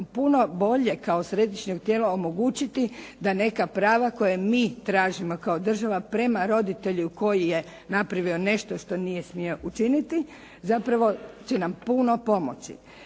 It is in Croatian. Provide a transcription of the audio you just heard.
puno bolje kao središnjem tijelu omogućiti da neka prava koja mi tražimo kao država prema roditelju koji je napravio nešto što nije smio učiniti zapravo će nam puno pomoći.